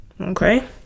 okay